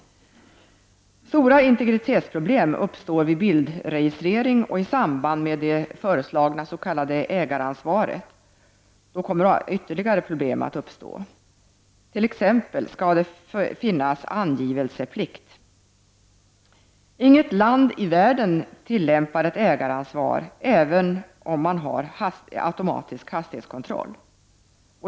Stora integritetsproblem uppstår vid bildregistrering, och i samband med det föreslagna s.k. ägaransvaret kommer ytterligare problem att uppstå. Skall t.ex. angivelseplikt finnas? Inget land i världen tillämpar ett sådant ägaransvar, inte heller de som har automatisk hastighetskontroll.